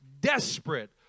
desperate